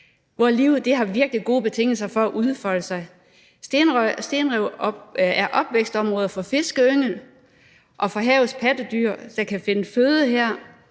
hvor livet har virkelig gode betingelser for at udfolde sig. Stenrev er opvækstområder for fiskeyngel og for havets pattedyr, der kan finde føde her,